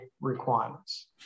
requirements